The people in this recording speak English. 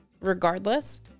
regardless